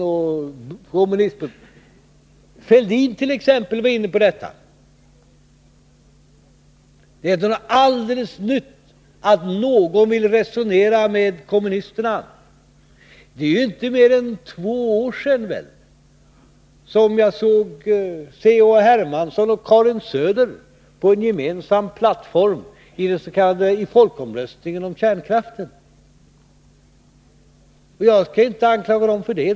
Thorbjörn Fälldin var inne på detta. Det är dock inte alldeles nytt att någon vill resonera med kommunisterna. För inte mer än två år sedan såg jag C.-H. Hermansson och Karin Söder på en gemensam plattform i folkomröstningen om kärnkraften. Jag skall inte anklaga dem för det.